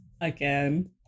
Again